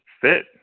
fit